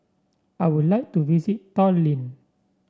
I would like to visit Tallinn